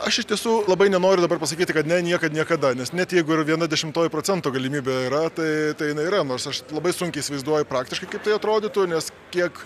aš iš tiesų labai nenoriu dabar pasakyti kad ne niekad niekada nes net jeigu ir viena dešimtoji procento galimybė yra tai tai jinai yra nors aš labai sunkiai įsivaizduoju praktiškai kaip tai atrodytų nes kiek